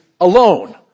alone